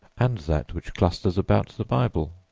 and that which clusters about the bible.